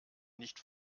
nicht